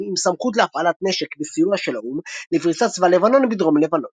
עם סמכות להפעלת נשק וסיוע של האו"ם לפריסת צבא לבנון בדרום לבנון.